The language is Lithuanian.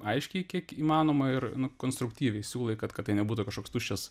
aiškiai kiek įmanoma ir konstruktyviai siūlai kad kad tai nebūtų kažkoks tuščias